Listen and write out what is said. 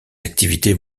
activités